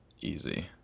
easy